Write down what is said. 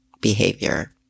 behavior